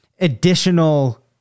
additional